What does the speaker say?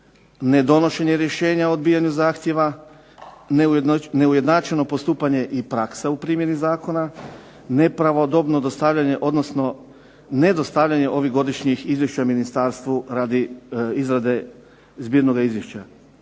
ne donošenja rješenja o odbijanju rješenja, neujednačeno postupanje i praksa u primjeni Zakona, nepravodobno dostavljanje, odnosno ne dostavljanje ovih godišnjih izvješća Ministarstvu radi izrade zbirnog izvješća.